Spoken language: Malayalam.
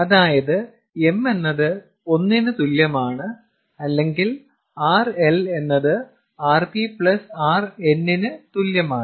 അതായത് m എന്നത് 1 ന് തുല്യമാണ് അല്ലെങ്കിൽ RL എന്നത് RPRN ന് തുല്യമാണ്